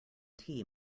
tea